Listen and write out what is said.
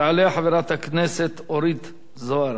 תעלה חברת הכנסת אורית זוארץ,